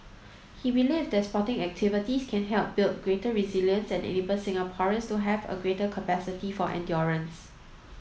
he believed that sporting activities can help build greater resilience and enable Singaporeans to have a greater capacity for endurance